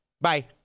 Bye